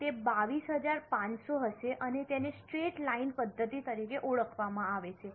તેથી તે 22500 હશે અને તેને સ્ટ્રેટ લાઇન પદ્ધતિ તરીકે ઓળખવામાં આવે છે